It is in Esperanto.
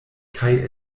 kaj